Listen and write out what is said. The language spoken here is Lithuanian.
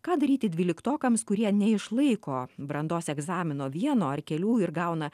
ką daryti dvyliktokams kurie neišlaiko brandos egzamino vieno ar kelių ir gauna